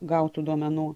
gautų duomenų